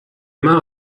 mains